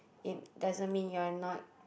it doesn't mean you're not